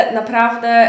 naprawdę